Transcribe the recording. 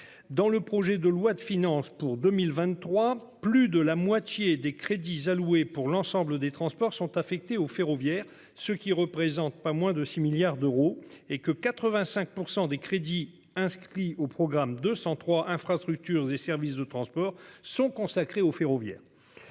Dans le projet de loi de finances pour 2023, plus de la moitié des crédits alloués pour l'ensemble des transports sont affectés au ferroviaire, ce qui représente pas moins de 6 milliards d'euros et que 85% des crédits inscrits au programme 203 Infrastructures et services de transport sont consacrés au ferroviaire.--